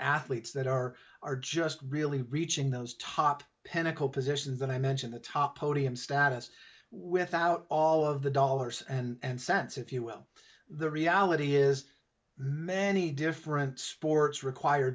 athletes that are are just really reaching those top pennock oppositions and i mention the top podium status without all of the dollars and cents if you will the reality is many different sports require